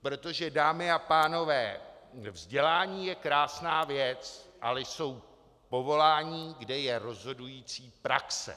Protože, dámy a pánové, vzdělání je krásná věc, ale jsou povolání, kde je rozhodující praxe.